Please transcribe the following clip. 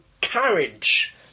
carriage